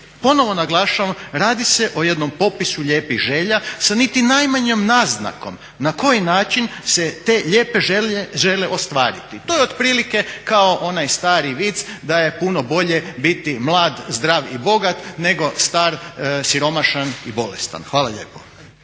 ponovo naglašavam radi se o jednom popisu lijepih želja sa niti najmanjom naznakom na koji način se te lijepe želje ostvariti. To je otprilike kao onaj stari vic da je puno bolje biti mlad, zdrav i bogat nego star, siromašan i bolestan. Hvala lijepo.